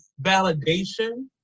validation